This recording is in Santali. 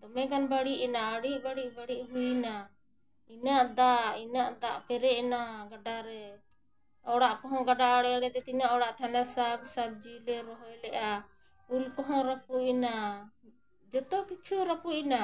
ᱫᱚᱢᱮ ᱜᱟᱱ ᱵᱟᱹᱲᱤᱡ ᱮᱱᱟ ᱟᱹᱰᱤ ᱵᱟᱹᱲᱤᱡ ᱵᱟᱹᱲᱤᱡ ᱦᱩᱭᱮᱱᱟ ᱤᱱᱟᱹᱜ ᱫᱟᱜ ᱤᱱᱟᱹᱜ ᱫᱟᱜ ᱯᱮᱨᱮᱡ ᱮᱱᱟ ᱜᱟᱰᱟ ᱨᱮ ᱚᱲᱟᱜ ᱠᱚᱦᱚᱸ ᱜᱟᱰᱟ ᱟᱲᱮᱼᱟᱲᱮᱛᱮ ᱛᱤᱱᱟᱹᱜ ᱚᱲᱟᱜ ᱛᱟᱦᱮᱸ ᱞᱮᱱᱟ ᱥᱟᱠᱼᱥᱚᱵᱽᱡᱤ ᱞᱮ ᱨᱚᱦᱚᱭ ᱞᱮᱫᱼᱟ ᱯᱩᱞ ᱠᱚᱦᱚᱸ ᱨᱟᱯᱩᱫᱮᱱᱟ ᱡᱚᱛᱚ ᱠᱤᱪᱷᱩ ᱨᱟᱹᱯᱩᱫ ᱮᱱᱟ